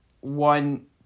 one